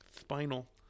Spinal